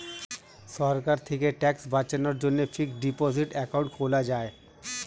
সরকার থেকে ট্যাক্স বাঁচানোর জন্যে ফিক্সড ডিপোসিট অ্যাকাউন্ট খোলা যায়